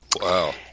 Wow